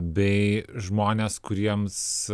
bei žmonės kuriems